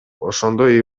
ошондой